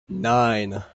nine